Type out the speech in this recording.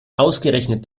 ausgerechnet